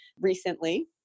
recently